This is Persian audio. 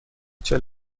چهل